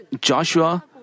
Joshua